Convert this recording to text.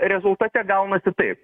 rezultate gaunasi taip